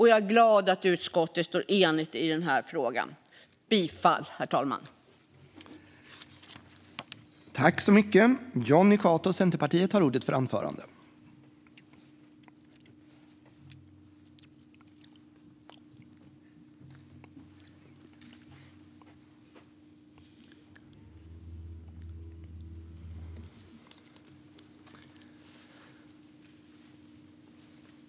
Jag är glad att utskottet står enigt i denna fråga. Jag yrkar bifall till utskottets förslag, herr talman.